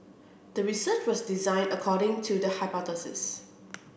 the research was designed according to the hypothesis